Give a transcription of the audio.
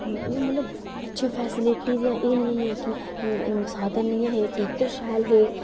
इयां मतलब अच्छा फैसलिटी हियां एह् नेईं हा कि साधन नेईं हे टीचर शैल हे